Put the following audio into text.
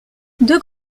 deux